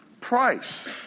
price